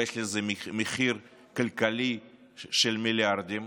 ויש לזה מחיר כלכלי של מיליארדים.